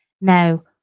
Now